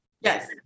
Yes